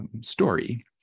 story